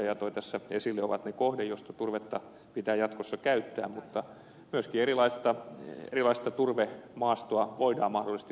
korkeaoja toi tässä esille ovat ne kohteet joista turvetta pitää jatkossa käyttää mutta myöskin erilaista turvemaastoa voidaan mahdollisesti tässä hyödyntää